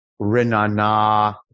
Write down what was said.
renana